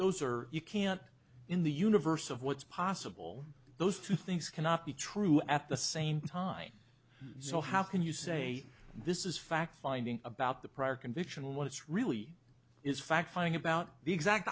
those are you can't in the universe of what's possible those two things cannot be true at the same time so how can you say this is fact finding about the prior conviction and what it's really is fact finding about the exact